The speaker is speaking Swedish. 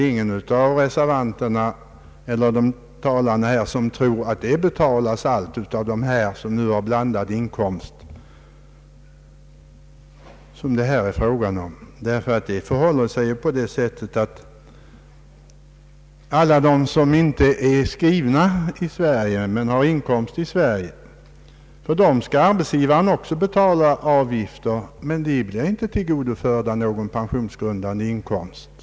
Ingen av reservanterna eller talarna här tror väl att det beloppet helt betalas av dem som har blandade inkomster av det slag som det här är fråga om. För alla som inte är skrivna i Sverige men har inkomst här skall arbetsgivaren betala avgifter, men för dem tillgodoföres icke någon pensionsgrundande inkomst.